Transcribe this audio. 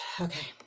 Okay